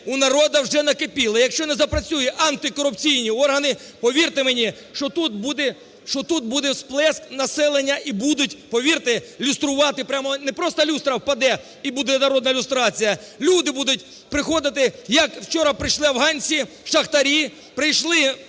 у народу вже накипіло, якщо не запрацюють антикорупційні органи, повірте мені, що тут буде... що тут буде всплеск населення і будуть, повірте, люструвати прямо... не просто люстра впаде і буде народна люстрація, люди будуть приходити як вчора прийшли афганці, шахтарі, прийшли